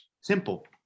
Simple